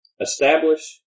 establish